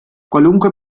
qualunque